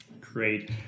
Great